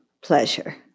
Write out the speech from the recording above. pleasure